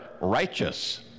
righteous